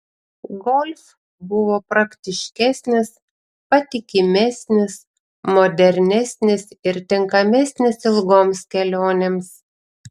golf buvo praktiškesnis patikimesnis modernesnis ir tinkamesnis ilgoms kelionėms